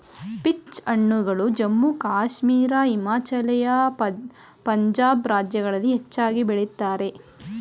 peach ಹಣ್ಣುಗಳು ಜಮ್ಮು ಕಾಶ್ಮೀರ, ಹಿಮಾಚಲ, ಪಂಜಾಬ್ ರಾಜ್ಯಗಳಲ್ಲಿ ಹೆಚ್ಚಾಗಿ ಬೆಳಿತರೆ